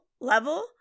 level